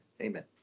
Amen